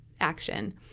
action